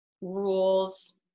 rules